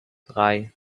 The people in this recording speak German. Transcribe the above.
drei